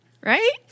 right